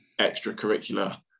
extracurricular